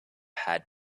had